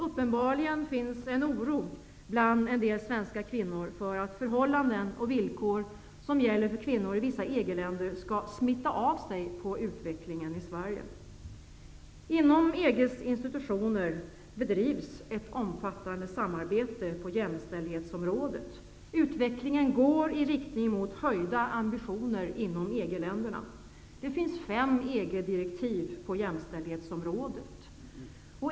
Uppenbarligen finns en oro bland en del svenska kvinnor för att förhållanden och villkor som gäller för kvinnor i vissa EG-länder skall smitta av sig på utveckling i Inom EG:s institutioner bedrivs ett omfattande samarbete på jämställdhetsområdet. Utvecklingen går i riktning mot höjda ambitioner inom EG länderna. Det finns fem EG-direktiv på jämställdhetsområdet.